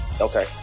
Okay